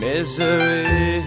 Misery